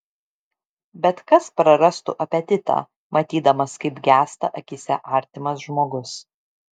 bet kas prarastų apetitą matydamas kaip gęsta akyse artimas žmogus